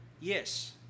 Yes